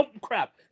crap